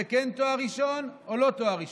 זה כן תואר ראשון או לא תואר ראשון.